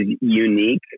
unique